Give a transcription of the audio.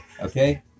okay